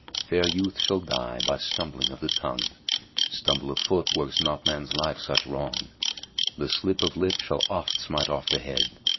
fair youth shall die by stumbling of the tongue stumble of foot works not man's life such wrong the slip of lip shall oft smite off the head,